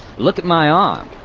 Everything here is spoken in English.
look at my arm!